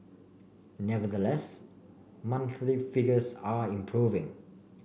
nevertheless monthly figures are improving